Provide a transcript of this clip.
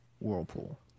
whirlpool